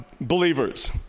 Believers